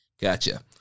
Gotcha